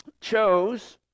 chose